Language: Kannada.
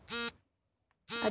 ಅಗ್ನಿವಿಮೆ ಎಂದರೇನು?